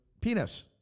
penis